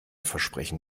versprechen